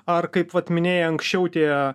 ar kaip vat minėjai anksčiau tie